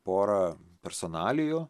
porą personalijų